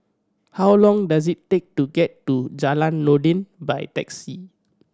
how long does it take to get to Jalan Noordin by taxi